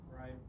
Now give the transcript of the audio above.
Right